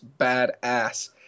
badass